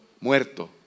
muerto